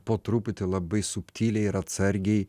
po truputį labai subtiliai ir atsargiai